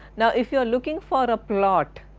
now if you are looking for a plot,